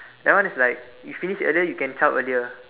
that one is like you finish earlier you can zhao earlier